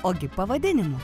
ogi pavadinimu